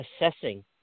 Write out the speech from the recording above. assessing